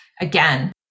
again